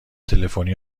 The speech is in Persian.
تلفنی